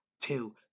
two